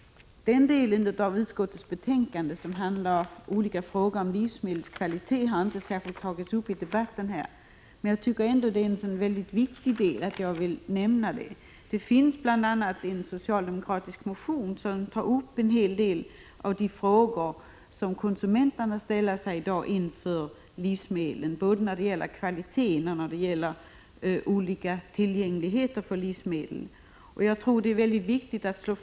Den del av utskottets betänkande som gäller olika frågor om livsmedelskvalitet har inte särskilt tagits upp i debatten här, men jag tycker att det är en viktig del. Jag vill nämna att det finns bl.a. en socialdemokratisk motion som tar upp en hel del av de frågor som konsumenterna ställer inför livsmedlen, både när det gäller kvaliteten och när det gäller olika tillgänglighet i fråga om livsmedel.